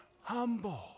humble